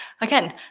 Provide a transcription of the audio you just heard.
again